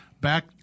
back